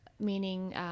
Meaning